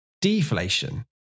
deflation